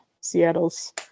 Seattle's